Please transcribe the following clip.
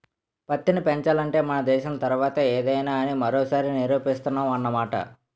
పత్తి పెంచాలంటే మన దేశం తర్వాతే ఏదైనా అని మరోసారి నిరూపిస్తున్నావ్ అన్నమాట